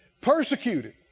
Persecuted